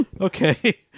Okay